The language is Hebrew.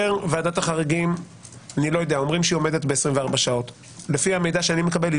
אומרים שוועדת החריגים עומדת ב-24 שעות אבל לפי המידע אני מקבל,